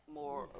more